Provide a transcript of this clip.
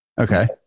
Okay